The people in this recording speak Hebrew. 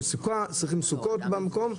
צריכים סוכות במקום,